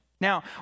Now